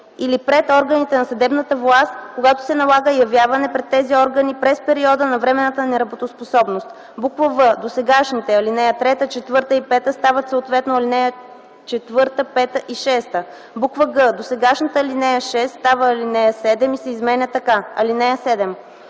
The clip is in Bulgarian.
или пред органите на съдебната власт, когато се налага явяване пред тези органи през периода на временната неработоспособност.”; в) досегашните ал. 3, 4 и 5 стават съответно ал. 4, 5 и 6; г) досегашната ал. 6 става ал. 7 и се изменя така: „(7)